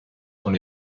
sont